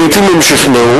לעתים הם שכנעו.